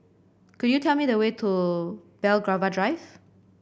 could you tell me the way to Belgravia Drive